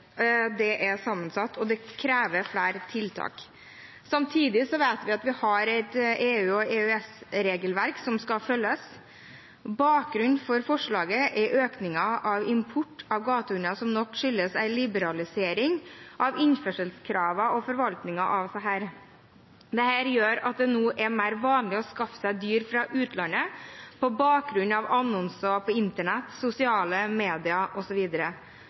Det spørsmålet er sammensatt, og det krever flere tiltak. Samtidig vet vi at vi har et EU- og EØS-regelverk som skal følges. Bakgrunnen for forslaget er økningen i import av gatehunder, som nok skyldes en liberalisering av innførselskravene og forvaltningen av disse. Dette gjør at det nå er mer vanlig å skaffe seg dyr fra utlandet på bakgrunn av annonser på internett, i sosiale medier,